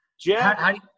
Jeff